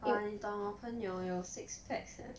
!wah! 你懂我朋友有 six packs ah